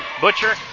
Butcher